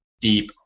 deep